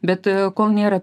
bet kol nėra